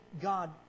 God